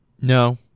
No